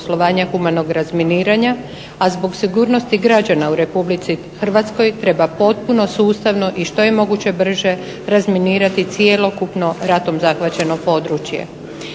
Hrvatskoj treba potpuno sustavno i što je moguće brže razminirati cjelokupno ratom zahvaćeno područje.